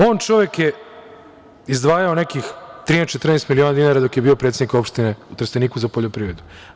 On je čovek izdvajao nekih 13, 14 miliona dinara dok je bio predsednik opštine u Trsteniku za poljoprivredu.